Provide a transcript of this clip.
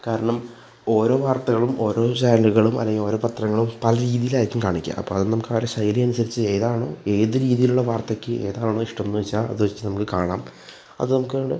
കാരണം ഓരോ വാർത്തകളും ഓരോ ചാനലുകളും അല്ലെങ്കിൽ ഓരോ പത്രങ്ങളും പല രീതിയിലായിരിക്കും കാണിക്കുക അപ്പോൾ അത് നമുക്ക് അവരെ ശൈലി അനുസരിച്ച് ഏതാണ് ഏത് രീതിയിലുള്ള വാർത്തയ്ക്ക് ഏതാണോ ഇഷ്ടം എന്ന് വച്ചാൽ അത് വച്ച് നമുക്ക് കാണാം അത് നമുക്ക് അങ്ങോട്ട്